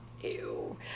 ew